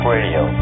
Radio